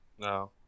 No